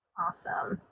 awesome.